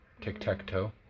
Tic-tac-toe